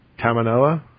Tamanoa